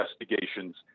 investigations